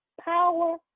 power